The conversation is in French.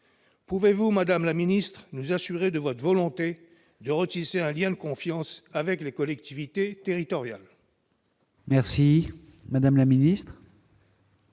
Pouvez-vous nous assurer de votre volonté de retisser un lien de confiance avec les collectivités territoriales ?